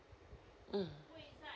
mm